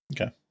Okay